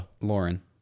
Lauren